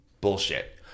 bullshit